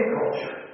culture